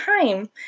time